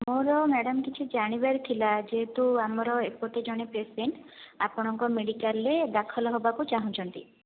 ମୋର ମ୍ୟାଡ଼ାମ କିଛି ଜାଣିବାର ଥିଲା ଯେହେତୁ ଆମର ଏପଟେ ଜଣେ ପେସେଣ୍ଟ ଆପଣଙ୍କ ମେଡିକାଲରେ ଦାଖଲ ହେବାକୁ ଚାହୁଁଛନ୍ତି